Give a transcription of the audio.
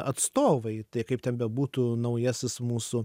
atstovai tai kaip ten bebūtų naujasis mūsų